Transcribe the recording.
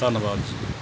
ਧੰਨਵਾਦ ਜੀ